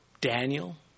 Daniel